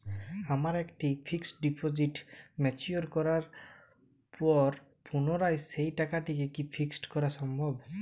আমার একটি fixed deposit mature করার পর পুনরায় সেই টাকাটিকে কি ফিক্সড করা সম্ভব?